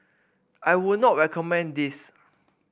I would not recommend this